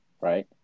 right